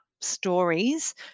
stories